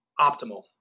optimal